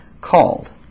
called